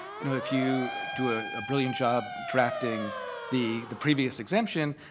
you know, if you do a brilliant job drafting the the previous exemption,